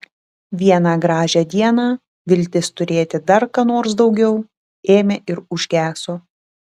vieną gražią dieną viltis turėti dar ką nors daugiau ėmė ir užgeso